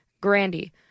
grandy